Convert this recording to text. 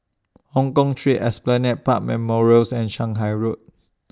Hongkong Street Esplanade Park Memorials and Shanghai Road